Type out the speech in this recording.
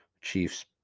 Chiefs